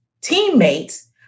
teammates